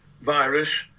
virus